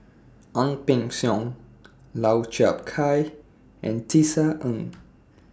Ang Peng Siong Lau Chiap Khai and Tisa Ng